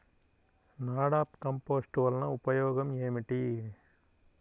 NADEP compost వలన ఉపయోగం ఏమిటి?